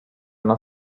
not